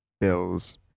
bills